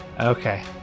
Okay